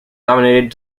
dominated